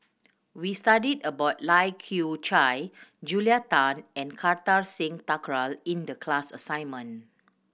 we studied about Lai Kew Chai Julia Tan and Kartar Singh Thakral in the class assignment